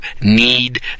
need